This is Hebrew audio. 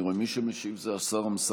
אני רואה שמי שמשיב זה השר אמסלם.